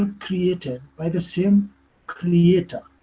created, by the same creator,